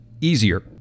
easier